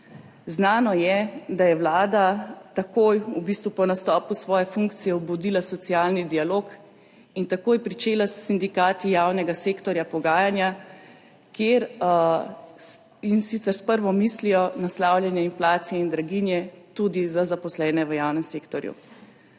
Znano je, da je vlada v bistvu takoj po nastopu svoje funkcije obudila socialni dialog in takoj začela s sindikati javnega sektorja pogajanja, in sicer s prvo mislijo naslavljanja inflacije in draginje tudi za zaposlene v javnem sektorju.